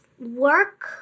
work